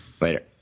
Later